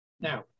Now